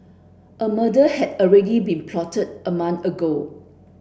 a murder had already been plotted a month ago